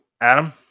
Adam